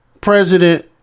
President